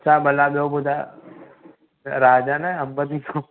छा भला ॿियो ॿुधायो राजन अंब बि खाऊं